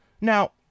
Now